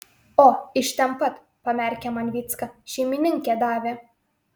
o iš ten pat pamerkė man vycka šeimininkė davė